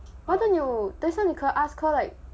why don't you next time you can ask her like